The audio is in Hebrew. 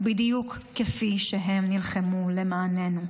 בדיוק כפי שהם נלחמו למעננו.